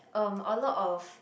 um a lot of